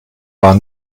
war